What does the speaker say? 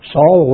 Saul